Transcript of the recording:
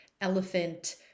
elephant